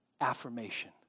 affirmation